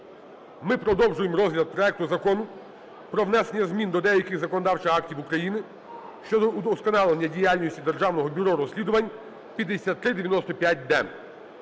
ми продовжуємо розгляд проекту Закону про внесення змін до деяких законодавчих актів України щодо удосконалення діяльності Державного бюро розслідувань (5395-д).